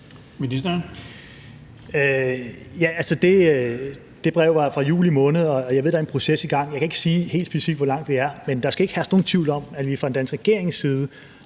Kofod): Det brev var jo fra juli måned, og jeg ved, at der er en proces i gang. Jeg kan ikke sige helt specifikt, hvor langt vi er, men der skal ikke herske nogen tvivl om, at vi fra den danske regerings side